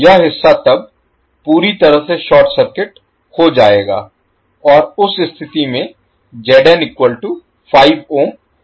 यह हिस्सा तब पूरी तरह से शॉर्ट सर्किट हो जाएगा और उस स्थिति में होगा